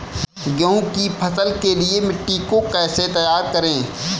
गेहूँ की फसल के लिए मिट्टी को कैसे तैयार करें?